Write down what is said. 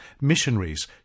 missionaries